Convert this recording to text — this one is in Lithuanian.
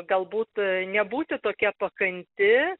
galbūt nebūti tokia pakanti